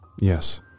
Yes